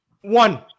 One